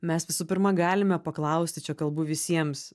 mes visų pirma galime paklausti čia kalbu visiems